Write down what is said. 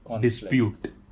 Dispute